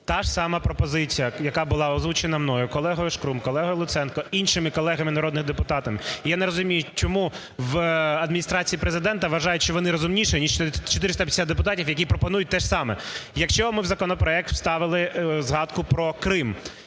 та ж сама пропозиція, яка була озвучена мною, колегою Шкрум, колегою Луценком, іншими колегами народними депутатами. Я не розумію, чому в Адміністрації Президента вважають, що вони розумніші, ніж 450 депутатів, які пропонують те ж саме. Якщо ми в законопроект вставили згадку про Крим,